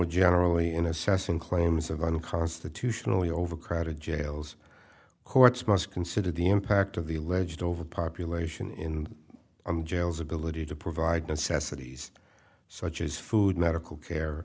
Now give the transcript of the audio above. generally in assessing claims of unconstitutionally overcrowded jails courts must consider the impact of the alleged overpopulation in jails ability to provide necessities such as food medical care